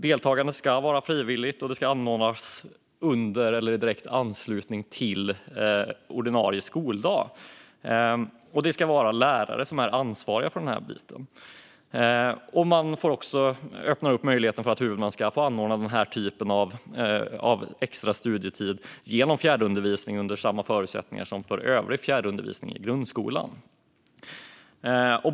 Deltagandet ska vara frivilligt, och det ska anordnas under eller i direkt anslutning till ordinarie skoldag. Och det ska vara lärare som ansvarar för detta. Man får också öppna upp möjligheten för huvudmän att anordna den typen av extra studietid genom fjärrundervisning under samma förutsättningar som för övrig fjärrundervisning i grundskolan.